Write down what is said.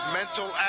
mental